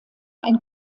ein